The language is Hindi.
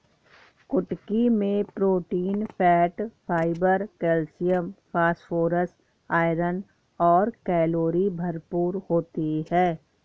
कुटकी मैं protein, fat, fibre, calcium, phosphorus, iron और कैलोरी भरपूर होती है